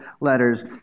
Letters